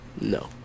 No